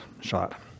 shot